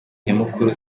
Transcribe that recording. nyamukuru